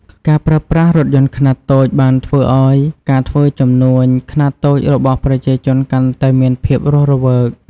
ការប្រើប្រាស់រថយន្តខ្នាតតូចបានធ្វើឱ្យការធ្វើជំនួញខ្នាតតូចរបស់ប្រជាជនកាន់តែមានភាពរស់រវើក។